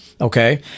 okay